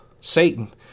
Satan